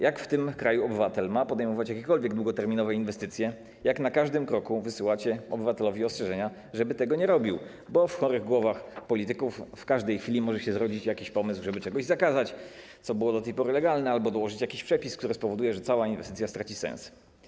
Jak w tym kraju obywatel ma podejmować jakiekolwiek długoterminowe inwestycje, skoro na każdym kroku wysyłacie obywatelowi ostrzeżenia, żeby tego nie robił, bo w chorych głowach polityków w każdej chwili może się zrodzić jakiś pomysł, żeby czegoś zakazać, co było do tej pory legalne, albo dołożyć jakiś przepis, który spowoduje, że cała inwestycja straci sens?